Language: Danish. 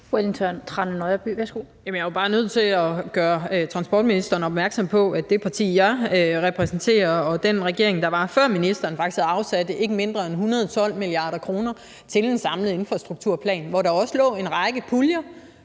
bare nødt til at gøre transportministeren opmærksom på, at det parti, jeg repræsenterer, og den regering, der var før ministeren, faktisk afsatte ikke mindre end 112 mia. kr. til en samlet infrastrukturplan, hvor der også lå en række puljer